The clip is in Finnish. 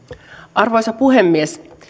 arvoisa puhemies